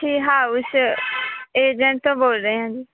agent ਤੋਂ ਬੋਲ ਰਹੇ ਹਾਂ ਜੀ